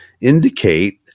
indicate